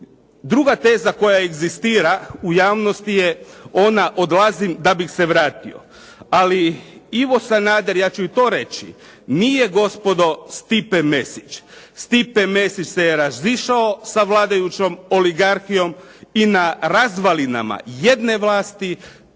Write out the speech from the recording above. Druga teza koja egzistira u javnosti je ona odlazim da bih se vratio, ali Ivo Sanader, ja ću i to reći, nije gospodo Stipe Mesić. Stipe Mesić se razišao sa vladajućom oligarhijom i na razvalinama jedne vlasti